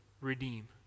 redeem